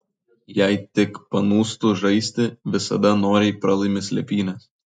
jei tik panūstu žaisti visada noriai pralaimi slėpynes